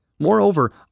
Moreover